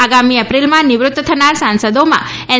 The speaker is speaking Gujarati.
આગામી એપ્રિલમાં નિવૃત્ત થનાર સાંસદોમાં એન